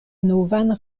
novan